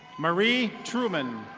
marie truman.